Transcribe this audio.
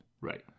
Right